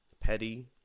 petty